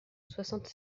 soixante